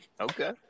Okay